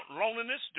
Loneliness